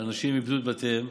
אנשים איבדו את בתיהם,